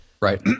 Right